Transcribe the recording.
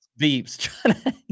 beeps